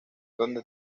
donde